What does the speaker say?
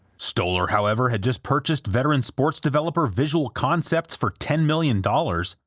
stolar however had just purchased veteran sports developer visual concepts for ten million dollars,